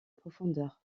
profondeur